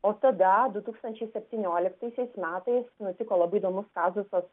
o tada du tūkstančiai septynioliktaisiais metais nutiko labai įdomus kazusas